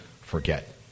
forget